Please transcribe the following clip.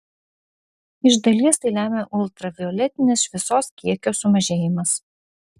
iš dalies tai lemia ultravioletinės šviesos kiekio sumažėjimas